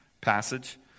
passage